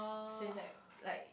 since like like